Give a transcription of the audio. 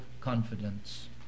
confidence